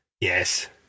Yes